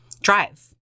drive